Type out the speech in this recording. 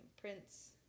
Prince